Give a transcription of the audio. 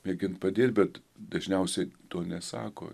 mėgint padėt bet dažniausiai to nesako